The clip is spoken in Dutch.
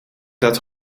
dat